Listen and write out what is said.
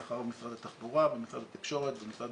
לאחר משרד התחבורה ומשרד התקשורת ומשרד